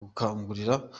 gukangurira